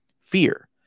fear